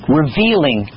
revealing